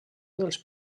dels